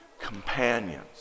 companions